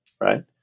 Right